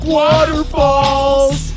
waterfalls